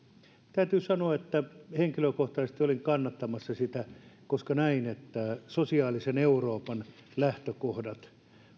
täytyy sanoa että henkilökohtaisesti olin kannattamassa sitä koska näin että sosiaalisen euroopan lähtökohdat